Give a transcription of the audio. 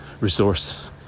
resource